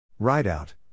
Rideout